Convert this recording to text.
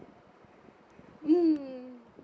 mm